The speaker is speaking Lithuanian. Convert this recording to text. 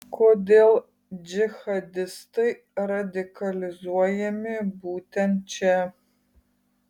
kodėl džihadistai radikalizuojami būtent čia